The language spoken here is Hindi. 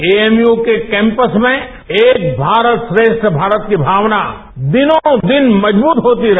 एएमयू के कैंपस में श्एक भारत श्रेष्ठ भारतश की भावना दिनोदिन मजबूत होती रहे